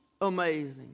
amazing